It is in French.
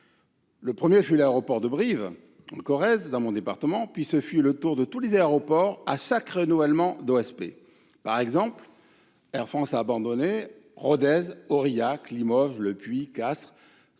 désengagement fut l’aéroport de Brive, dans mon département, puis ce fut le tour de tous les aéroports, à chaque renouvellement d’OSP. Par exemple, Air France a abandonné Rodez, Aurillac, Limoges, Le Puy en